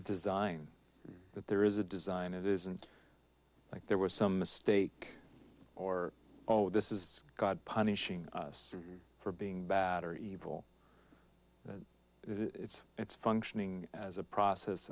design that there is a design it isn't like there was some mistake or oh this is god punishing us for being bad or evil it's it's functioning as a process